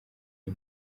iyi